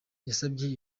yasabye